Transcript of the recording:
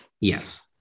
Yes